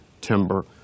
timber